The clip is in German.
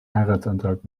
heiratsantrag